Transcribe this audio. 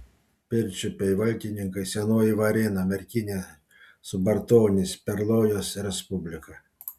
pirčiupiai valkininkai senoji varėna merkinė subartonys perlojos respublika